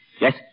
Yes